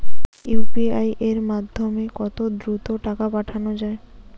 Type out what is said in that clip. UPI এর মাধ্যমে কত দ্রুত টাকা পাঠানো যায়?